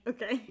Okay